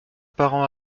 parent